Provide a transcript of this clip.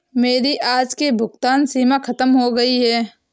मेरी आज की भुगतान सीमा खत्म हो गई है